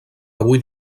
avui